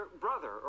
brother